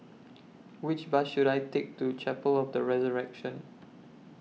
Which Bus should I Take to Chapel of The Resurrection